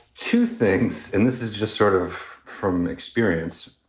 two things. and this is just sort of from experience,